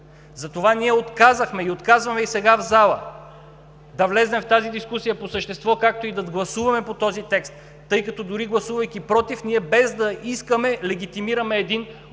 Затова ние отказахме, отказваме и сега в залата, да влезем в тази дискусия по същество, както и да гласуваме този текст, тъй като, гласувайки „против“, ние, без да искаме, легитимираме един уж